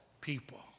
people